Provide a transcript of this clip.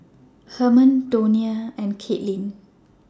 Herman Donia and Kaitlin